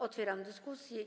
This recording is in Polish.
Otwieram dyskusję.